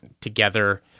together